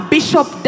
Bishop